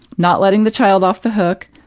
not letting the child off the hook,